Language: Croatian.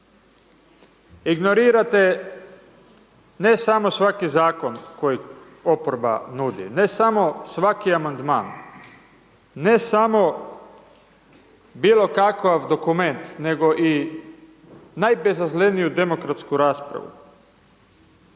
Ignorirate ne samo svaki zakon koji oporba nudi, ne samo svaki Amandman, ne samo bilo kakav dokument, nego i bezazleniju demokratsku raspravu.